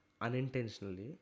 unintentionally